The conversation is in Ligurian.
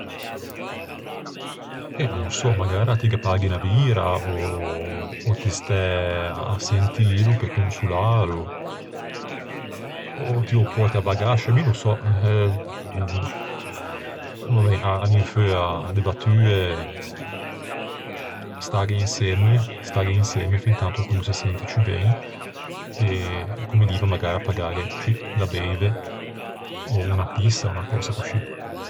Eh, no ô sò, magara ti ghe paghi unna bira, ò ti stæ à sentîlo pe consolâlo. Ò ti ô pòrti à bagasce, mi no ô sò! Va ben, à l'infeua de battue, stâghe insemme, stâghe insemme fintanto ch'o no se sente ciù ben e comme diva, magara, pagâghe coscì, da beive, ò unna pissa, ò unna cösa coscì.